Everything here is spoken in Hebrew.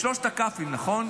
שלושת הכ"פים, נכון?